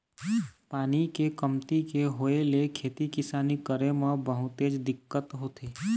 पानी के कमती के होय ले खेती किसानी करे म बहुतेच दिक्कत होथे